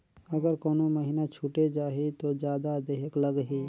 अगर कोनो महीना छुटे जाही तो जादा देहेक लगही?